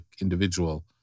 individual